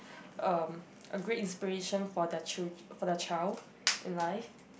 um a great inspiration for their chil~ for their child in life